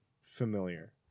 familiar